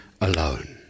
alone